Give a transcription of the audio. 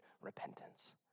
repentance